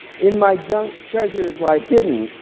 in my junk treasures lie hidden.